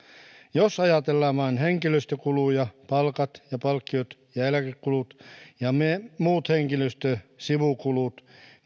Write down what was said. jos ajatellaan vain henkilöstökuluja palkat ja palkkiot ja eläkekulut ja muut henkilöstösivukulut